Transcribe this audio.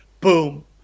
boom